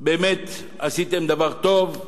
באמת, עשיתם דבר טוב,